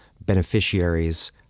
beneficiaries